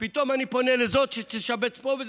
פתאום אני פונה לזאת שתשבץ פה,